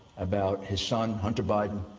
about his son, hunter biden.